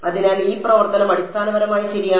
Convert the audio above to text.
അതിനാൽ ഈ പ്രവർത്തനം അടിസ്ഥാനപരമായി ശരിയാണ്